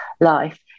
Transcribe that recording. life